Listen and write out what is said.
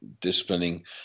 disciplining